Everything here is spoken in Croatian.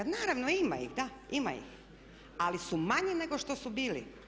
Naravno ima ih, da ima ih ali su manji nego što su bili.